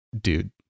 dude